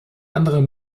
andere